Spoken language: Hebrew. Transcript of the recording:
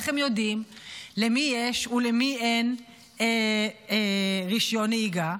איך הם יודעים למי יש ולמי אין רישיון נהיגה?